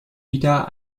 wieder